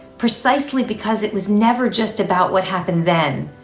precisely because it was never just about what happened then,